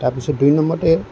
তাৰপিছত দুই নম্বৰতে